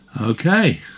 Okay